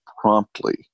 promptly